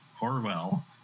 Orwell